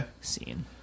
scene